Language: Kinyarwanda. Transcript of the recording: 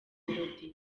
melody